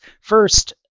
First